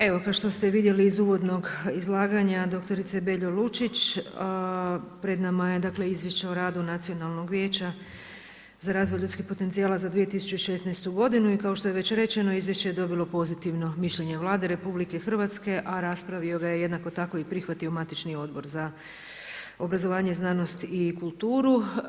Evo kao što ste vidjeli iz uvodnog izlaganja doktorice Beljo Lučić, pred nama je Izvješće o radu Nacionalnog vijeća za razvoj ljudskih potencijala za 2016. godinu i kao što je već rečeno, izvješće je dobilo pozitivno mišljenje Vlade RH a raspravio ga je jednako tako i prihvatio matični Odbor za obrazovanje, znanost i kulturu.